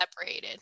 separated